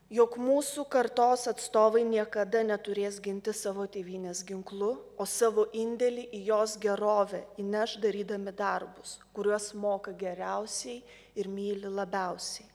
jog mūsų kartos atstovai niekada neturės ginti savo tėvynės ginklu o savo indėlį į jos gerovę įneš darydami darbus kuriuos moka geriausiai ir myli labiausiai